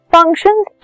Functions